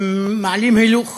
הם מעלים הילוך